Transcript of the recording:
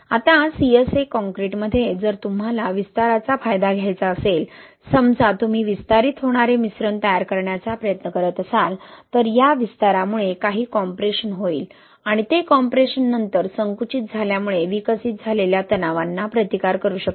आता CSA कॉंक्रिटमध्ये जर तुम्हाला विस्ताराचा फायदा घ्यायचा असेल समजा तुम्ही विस्तारित होणारे मिश्रण तयार करण्याचा प्रयत्न करत असाल तर या विस्तारामुळे काही कॉम्प्रेशन होईल आणि ते कॉम्प्रेशन नंतर संकुचित झाल्यामुळे विकसित झालेल्या तणावांना प्रतिकार करू शकते